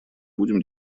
будем